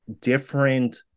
different